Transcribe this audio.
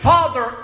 Father